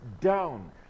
down